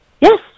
Yes